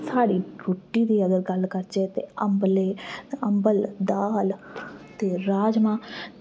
ते साढ़ी रुट्टी दी जेकर गल्ल करचै ते अम्बलै ई अम्बल दाल ते राजमांह्